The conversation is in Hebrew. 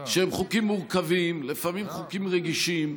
שהם חוקים מורכבים, לפעמים חוקים רגישים,